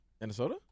Minnesota